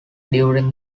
during